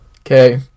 Okay